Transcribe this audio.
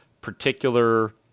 particular